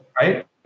Right